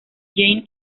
jane